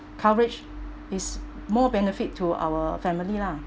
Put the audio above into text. coverage is more benefit to our family lah